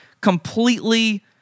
completely